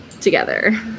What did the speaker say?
together